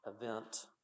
event